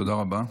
תודה רבה.